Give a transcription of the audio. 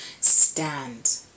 stand